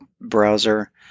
browser